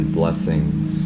blessings